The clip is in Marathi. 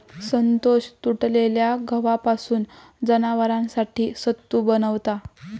संतोष तुटलेल्या गव्हापासून जनावरांसाठी सत्तू बनवता